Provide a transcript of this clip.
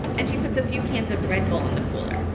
and she puts a few cans of red bull in the cooler.